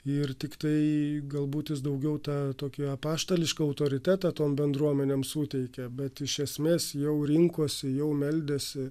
ir tiktai galbūt jis daugiau tą tokį apaštališką autoritetą tom bendruomenėm suteikė bet iš esmės jau rinkosi jau meldėsi